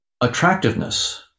attractiveness